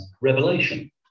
Revelation